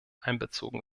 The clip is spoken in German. einbezogen